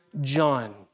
John